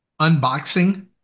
unboxing